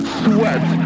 sweat